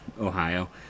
Ohio